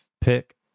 pick